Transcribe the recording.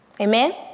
Amen